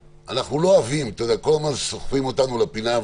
כל הזמן דוחפים אותנו לפינה,